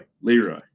Leroy